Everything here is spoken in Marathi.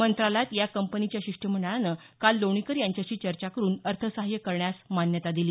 मंत्रालयात या कंपनीच्या शिष्टमंडळानं काल लोणीकर यांच्याशी चर्चा करून अर्थसहाय्य करण्यास मान्यता दिली